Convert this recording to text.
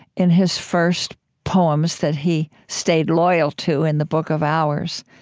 in his first poems that he stayed loyal to in the book of hours,